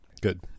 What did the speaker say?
Good